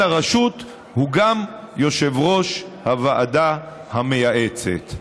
הרשות הוא גם יושב-ראש הוועדה המייעצת.